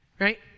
right